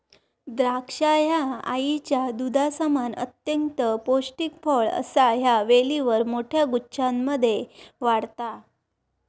द्राक्षा ह्या आईच्या दुधासमान अत्यंत पौष्टिक फळ असा ह्या वेलीवर मोठ्या गुच्छांमध्ये वाढता